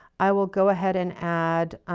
i will go ahead and add